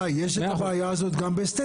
גיא, יש את הבעיה הזאת גם באסתטיקה.